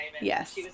Yes